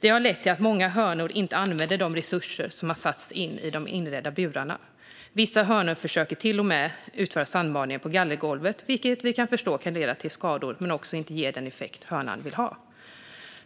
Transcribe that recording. Det har lett till att många hönor inte använder de resurser som har satts in i de inredda burarna. Vissa hönor försöker till och med utföra sandbadningen på gallergolvet. Det kan leda till skador och ger inte heller den effekt hönan vill ha.